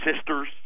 sisters